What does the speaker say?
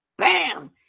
bam